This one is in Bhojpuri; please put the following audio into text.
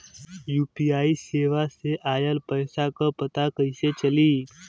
यू.पी.आई सेवा से ऑयल पैसा क पता कइसे चली?